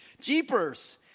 Jeepers